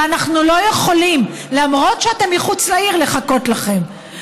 ואנחנו לא יכולים לחכות לכם,